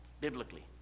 biblically